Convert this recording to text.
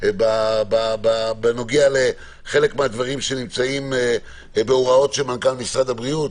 בנושא חלק מהדברים שנמצאים בהוראות מנכ"ל משרד הבריאות.